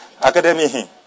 academy